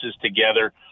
together